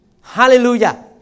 Hallelujah